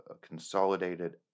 consolidated